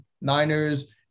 Niners